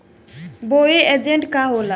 Bio agent का होखेला?